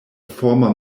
former